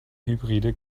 hybride